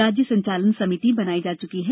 राज्य संचालन समिति बनाई जा चुकी है